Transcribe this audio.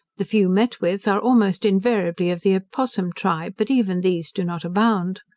the few met with are almost invariably of the opossum tribe, but even these do not abound.